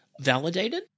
validated